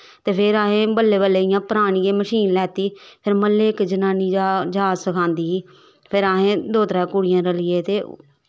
ते फिर असैं बल्लैं बल्लै इयां परानी गै मशीन लैत्ती फिर म्ह्ल्ले दा इक जनानी जाच सखांदी ही फिर असैं दो त्रै कुड़ियां रलियै ते